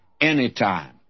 anytime